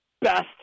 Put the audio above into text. best